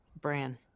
Bran